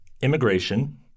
Immigration